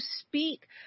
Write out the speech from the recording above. speak